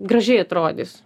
gražiai atrodys